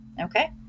okay